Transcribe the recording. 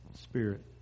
spirit